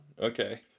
okay